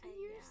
years